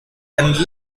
and